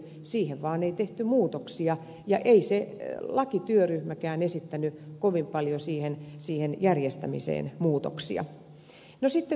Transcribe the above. siihen vaan ei tehty muutoksia ja ei se lakityöryhmäkään esittänyt kovin paljon siihen järjestämiseen muutoksia